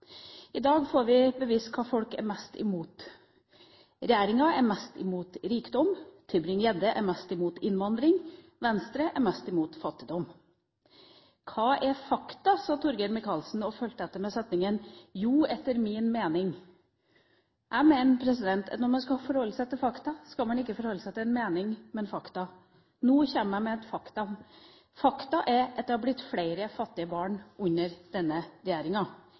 I dag får vi bevist hva folk er mest imot. Regjeringa er mest imot rikdom, Tybring-Gjedde er mest imot innvandring, Venstre er mest imot fattigdom. «Hva er fakta», sa Torgeir Micaelsen, og fulgte opp med: «Etter min mening er …». Jeg mener at når man skal forholde seg til fakta, skal man ikke forholde seg til en mening, men til fakta. Nå kommer jeg med et faktum. Faktum er at det er blitt flere fattige barn under denne regjeringa.